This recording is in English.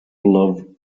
love